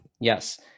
Yes